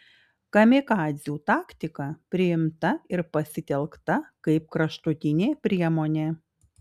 kamikadzių taktika priimta ir pasitelkta kaip kraštutinė priemonė